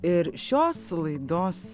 ir šios laidos